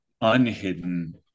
unhidden